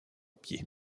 pied